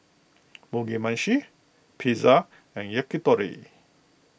Mugi Meshi Pizza and Yakitori